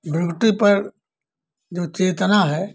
भ्रगुटी पर जो चेतना है